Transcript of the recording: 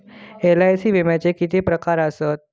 LIC विम्याचे किती प्रकार आसत?